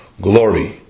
Glory